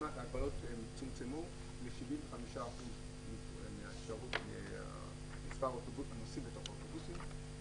ההגבלות צומצמו ל-75% ממספר הנוסעים בתוך האוטובוסים,